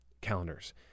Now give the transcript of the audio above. calendars